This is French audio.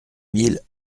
mille